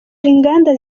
inganda